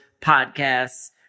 podcasts